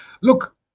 look